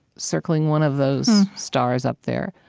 circling one of those stars up there,